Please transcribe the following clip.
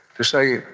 they say,